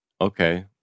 okay